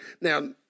Now